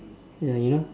ya you know